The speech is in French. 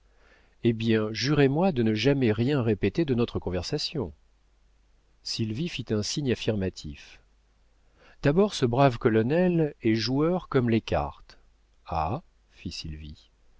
eh bien jurez-moi de ne jamais rien répéter de notre conversation sylvie fit un signe affirmatif d'abord ce brave colonel est joueur comme les cartes ah fit